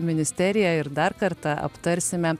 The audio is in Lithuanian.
ministeriją ir dar kartą aptarsime